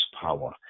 power